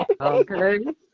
okay